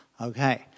Okay